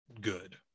good